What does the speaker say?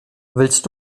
willst